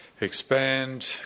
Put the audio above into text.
expand